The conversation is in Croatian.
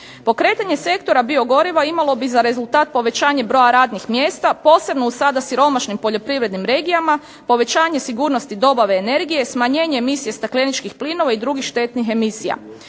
Pokretanje sektora biogoriva imalo bi za rezultat povećanje broja radnih mjesta, posebno u sada siromašnih poljoprivrednim regijama, povećanje sigurnosti dobave energije, smanjenje emisije stakleničkih plinova i drugih štetnih emisija.